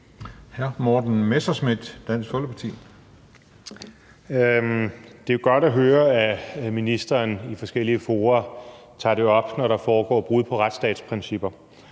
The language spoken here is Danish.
Morten Messerschmidt (DF): Det er godt at høre, at ministeren i forskellige fora tager det op, når der foregår brud på retsstatsprincipper.